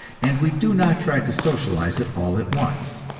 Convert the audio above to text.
and we do not try to socialize it all at once.